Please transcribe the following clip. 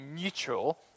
neutral